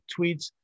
tweets